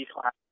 class